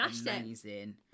amazing